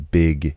big